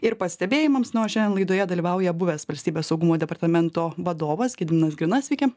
ir pastebėjimams na o šiandien laidoje dalyvauja buvęs valstybės saugumo departamento vadovas gediminas grina sveiki